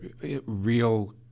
real